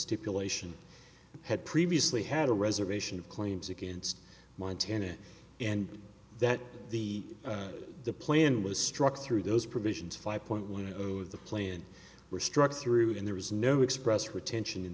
stipulation had previously had a reservation of claims against montana and that the plan was struck through those provisions five point one of the plan were struck through and there was no express retention in